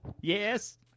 Yes